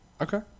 Okay